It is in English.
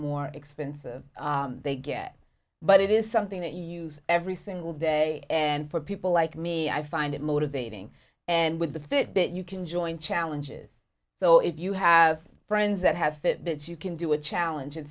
more expensive they get but it is something that you use every single day and for people like me i find it motivating and with the fitbit you can join challenges so if you have friends that have that you can do a challenge and